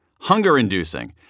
hunger-inducing